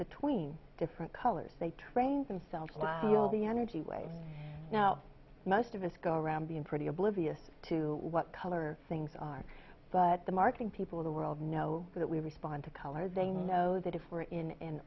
between different colors they train themselves but feel the energy way now most of us go around being pretty oblivious to what color things are but the marketing people of the world know that we respond to color they know that if we're in